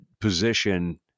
position